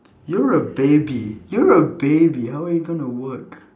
you're a baby you're a baby how are you gonna work